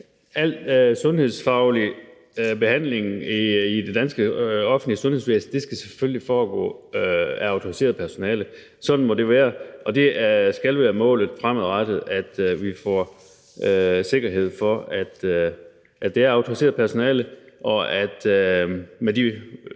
al sundhedsfaglig behandling i det danske offentlige sundhedsvæsen selvfølgelig skal foregå af autoriseret personale. Sådan må det være, og det skal være målet fremadrettet, at vi får sikkerhed for, at det er autoriseret personale, og at der med